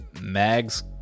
Mag's